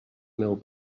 meu